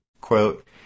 quote